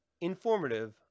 informative